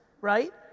right